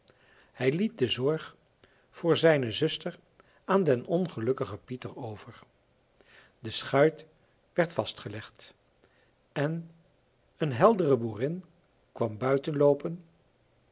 hij liet de zorg voor zijne zuster aan den ongelukkigen pieter over de schuit werd vastgelegd en een heldere boerin kwam